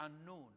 unknown